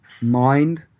mind